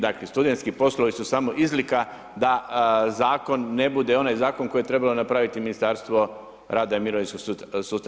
Dakle, studentski poslovi su samo izlika da zakon ne bude onaj zakon koji je trebalo napraviti Ministarstvo rada i mirovinskog sustava.